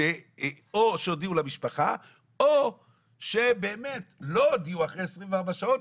או שהודיעו למשפחה או שבאמת לא הודיעו אחרי 24 שעות,